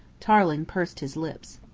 tarling pursed his lips.